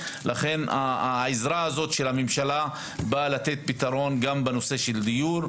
לכן העזרה הזאת של הממשלה באה לתת פתרון גם בנושא של דיור.